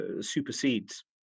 supersedes